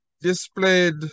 displayed